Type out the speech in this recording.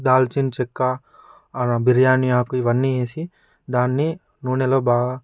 దాల్చిన చెక్క బిర్యానీ ఆకు ఇవన్నీ వేసి దాన్ని నూనెలో బాగా